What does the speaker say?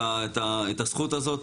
את הזכות הזאת,